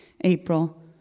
April